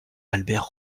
albert